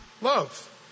Love